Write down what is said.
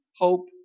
hope